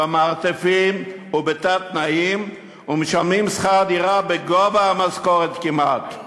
במרתפים ובתת-תנאים ומשלמים שכר דירה בגובה המשכורת כמעט.